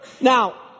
Now